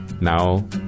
Now